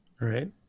Right